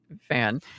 fan